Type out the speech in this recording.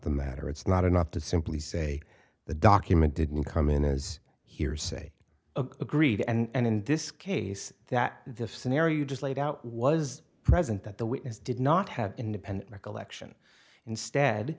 the matter it's not enough to simply say the document didn't come in as hearsay agreed and in this case that this scenario you just laid out was present that the witness did not have independent recollection instead